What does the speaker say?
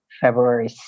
February